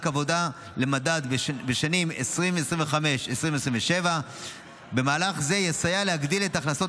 עבודה למדד בשנים 2025 2027. מהלך זה יסייע להגדיל את הכנסות